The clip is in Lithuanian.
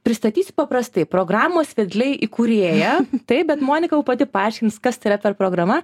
pristatysiu paprastai programos vedliai įkūrėja taip bet monika jau pati paaiškins kas tai yra per programa